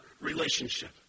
relationship